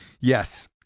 Yes